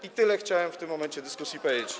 I tyle chciałem w tym momencie dyskusji powiedzieć.